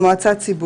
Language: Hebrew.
בחוק ברל כצנלסון: